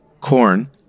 corn